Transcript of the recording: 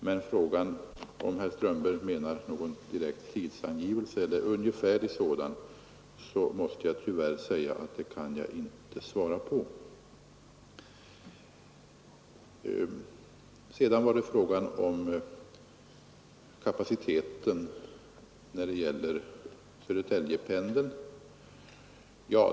Men om herr Strömberg menar någon ungefärlig tidsangivelse, måste jag tyvärr säga att det kan jag inte svara på. Sedan var det frågan om Södertäljependelns kapacitet.